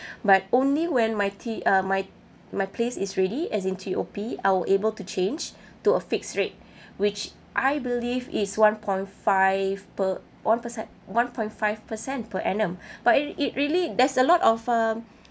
but only when my T um my my place is ready as in T_O_P I will able to change to a fixed rate which I believe is one point five per one percent one point five percent per annum but it it really there's a lot of um